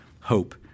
hope